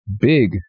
big